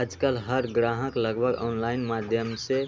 आजकल हर ग्राहक लगभग ऑनलाइन माध्यम से